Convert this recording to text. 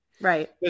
Right